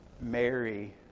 Mary